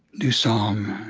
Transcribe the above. do psalms